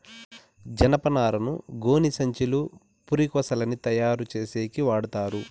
జనపనారను గోనిసంచులు, పురికొసలని తయారు చేసేకి వాడతారు